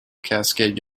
cascade